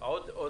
אפי, עוד דבר.